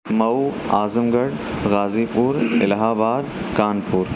Mau Azamgarh Ghazipur Allahabad Kanpur